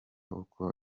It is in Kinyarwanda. uko